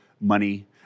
money